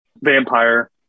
vampire